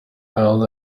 held